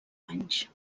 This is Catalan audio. anys